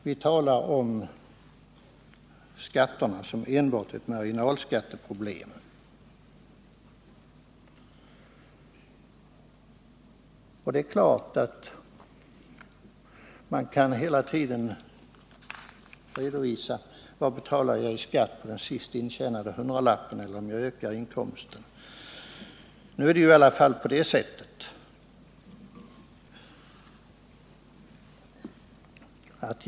Man talar om skatterna som enbart ett marginalskatteproblem, och det är klart att man hela tiden kan redovisa vad man betalar i skatt på den senast intjänade hundralappen och vad man betalar i skatt om man ökar inkomsten.